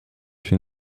się